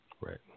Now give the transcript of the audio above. right